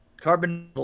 carbon